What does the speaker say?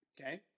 Okay